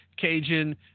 cajun